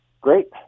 great